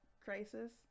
crisis